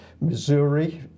Missouri